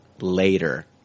later